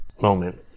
moment